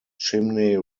chimney